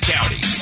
County